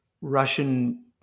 Russian